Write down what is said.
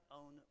own